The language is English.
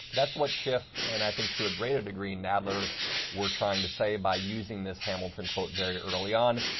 that is what schiff and i think to a greater degree, now look were trying to say about using this hamilton quote very early on.